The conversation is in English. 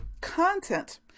content